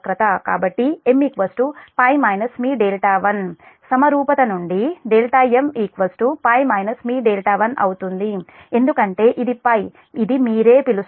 కాబట్టి m π మీ1 సమరూపత నుండిm π మీ 1 అవుతుందిఎందుకంటే ఇది π ఇది మీరే పిలుస్తారు